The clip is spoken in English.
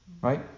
right